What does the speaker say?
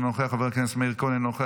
אינו נוכח,